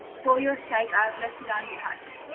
for your sake i have left it untouched,